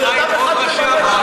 בן אדם אחד ממנה,